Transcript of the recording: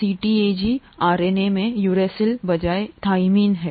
CTAG RNA में uracil बजाय thymine है